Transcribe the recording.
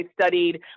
studied